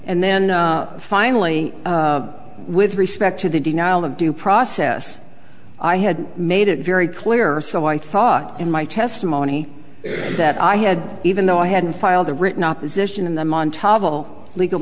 and then finally with respect to the denial of due process i had made it very clear so i thought in my testimony that i had even though i hadn't filed the written opposition in the